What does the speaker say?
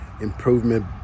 improvement